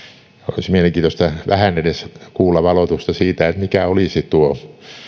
olisi mielenkiintoista vähän edes kuulla valotusta siitä mikä olisi tuo